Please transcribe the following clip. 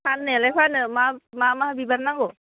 फाननायालाय फानो मा मा मा बिबार नांगौ